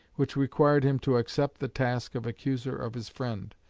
which required him to accept the task of accuser of his friend,